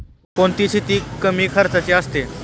कोणती शेती कमी खर्चाची असते?